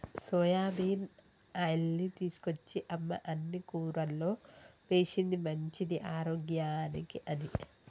soybean ఆయిల్ని తీసుకొచ్చి అమ్మ అన్ని కూరల్లో వేశింది మంచిది ఆరోగ్యానికి అని